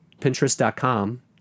Pinterest.com